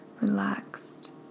relaxed